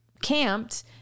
camped